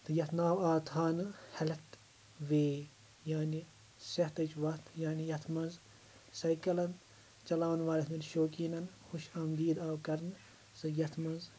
تہٕ یَتھ ناو آو تھاونہٕ ہیٚلٕتھ وِے یعنی صِحتٕچ وَتھ یعنی یَتھ منٛز سایٚکَلَن چلاوَن والؠن ہٕنٛدؠن شُوقِیٖنَن خُۄش آمدِیٖد آو کَرنہٕ سُہ یَتھ منٛز